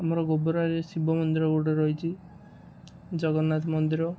ଆମର ଗୋବରରେ ଶିବ ମନ୍ଦିର ଗୋଟେ ରହିଛି ଜଗନ୍ନାଥ ମନ୍ଦିର